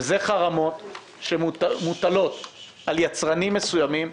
וזה חרמות שמוטלות על יצרנים מסוימים,